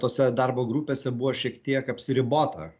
tose darbo grupėse buvo šiek tiek apsiribota